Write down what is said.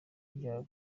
byabo